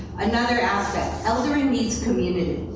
another aspect, eldering means community,